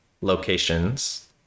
locations